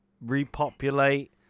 repopulate